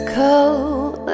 cold